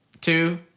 two